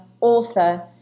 author